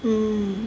mm